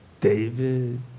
David